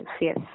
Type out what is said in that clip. yes